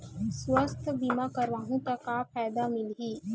सुवास्थ बीमा करवाहू त का फ़ायदा मिलही?